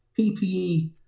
PPE